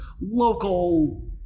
local